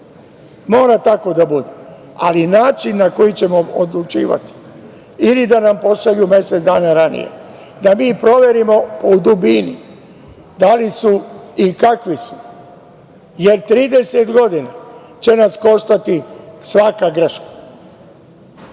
Mora tako da bude, ali način na koji ćemo odlučivati ili da nam pošalju mesec dana ranije da mi proverimo u dubini da li su i kakvi su, jer 30 godina će nas koštati svaka greška. To